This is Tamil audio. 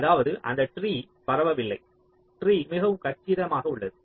அதாவது அந்த ட்ரீ பரவவில்லை ட்ரீ மிகவும் கச்சிதமாக உள்ளது